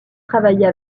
travailler